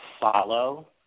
follow